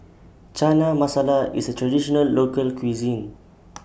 Chana Masala IS A Traditional Local Cuisine